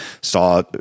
saw